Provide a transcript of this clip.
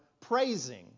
praising